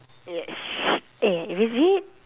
yes eh is it